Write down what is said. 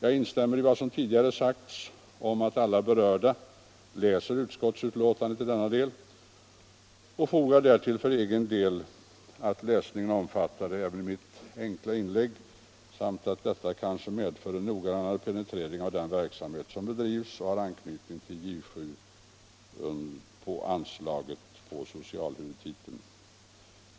Jag instämmer i vad som tidigare sagts om att alla berörda bör läsa utskottsbetänkandet och fogar därtill för egen del förhoppningen att läsningen skall omfatta även mitt enkla inlägg i debatten och att detta skall medföra en noggrannare penetrering av de verksamheter som bedrivs och har anknytning till J 7-anslaget på socialhuvudtiteln.